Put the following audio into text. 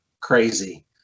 crazy